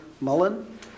Mullen